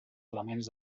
elements